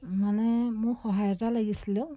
মানে মোক সহায় এটা লাগিছিলে